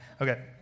Okay